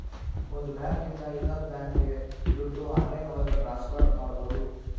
ಒಂದ್ ಬ್ಯಾಂಕ್ ಇಂದ ಇನ್ನೊಂದ್ ಬ್ಯಾಂಕ್ಗೆ ದುಡ್ಡು ಆನ್ಲೈನ್ ಒಳಗ ಟ್ರಾನ್ಸ್ಫರ್ ಮಾಡ್ಬೋದು